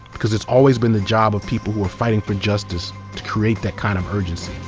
because it's always been the job of people who are fighting for justice to create that kind of urgency.